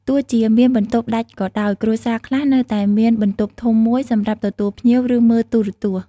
ទោះជាមានបន្ទប់ដាច់ក៏ដោយ គ្រួសារខ្លះនៅតែមានបន្ទប់ធំមួយសម្រាប់ទទួលភ្ញៀវ ឬមើលទូរទស្សន៍។